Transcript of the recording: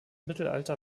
mittelalter